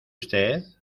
usted